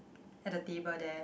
at the table there